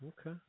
okay